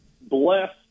bless